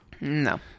No